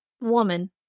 woman